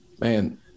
man